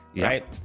right